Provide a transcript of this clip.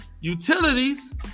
Utilities